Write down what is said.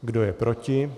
Kdo je proti?